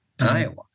Iowa